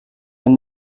and